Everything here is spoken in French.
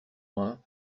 loin